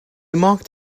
mocked